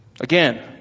Again